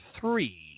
three